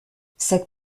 cette